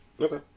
okay